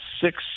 six